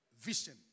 Vision